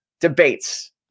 debates